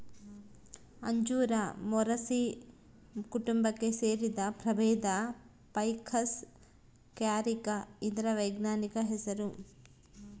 ಅಂಜೂರ ಮೊರಸಿ ಕುಟುಂಬಕ್ಕೆ ಸೇರಿದ ಪ್ರಭೇದ ಫೈಕಸ್ ಕ್ಯಾರಿಕ ಇದರ ವೈಜ್ಞಾನಿಕ ಹೆಸರು